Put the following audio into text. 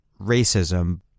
racism